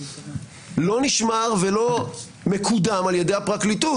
לא נשמר ולא מקודם על ידי הפרקליטות?